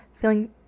feeling